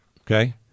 Okay